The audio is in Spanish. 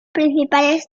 principales